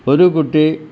ഒരു കുട്ടി